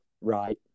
Right